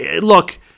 Look